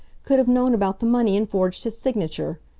could have known about the money and forged his signature!